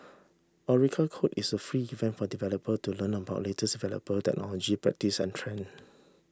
Oracle Code is a free event for developer to learn about latest developer technologies practices and trend